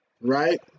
Right